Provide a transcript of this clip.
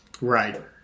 Right